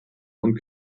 und